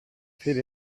fill